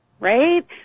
right